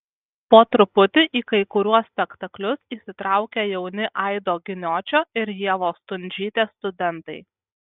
po truputį į kai kuriuos spektaklius įsitraukia jauni aido giniočio ir ievos stundžytės studentai